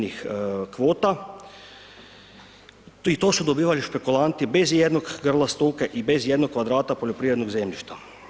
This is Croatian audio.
I to su dobivali špekulanti bez ijednog grla stoke i bez ijednog kvadrata poljoprivrednog zemljišta.